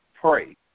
pray